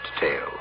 tale